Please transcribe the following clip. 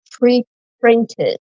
pre-printed